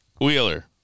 Wheeler